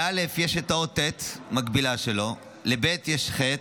לא' יש את האות ט', מקבילה שלה, לב' יש ח',